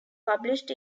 published